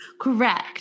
Correct